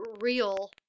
real